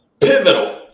pivotal